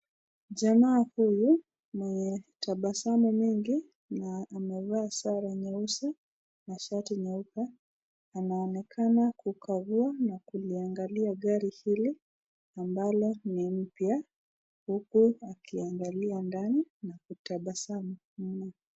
Jamaa huyu mwenye tabasamu nyingi, na amevaa sare nyeusi na shati nyeupe, anaonekana kukagua na kuliangalia gari hili ambalo ni mpya huku akiangalia ndani na kutabasamu.